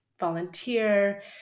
volunteer